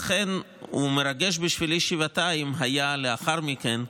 לכן מרגש בשבילי שבעתיים היה לאחר מכן,